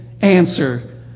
answer